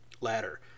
ladder